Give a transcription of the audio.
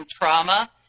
trauma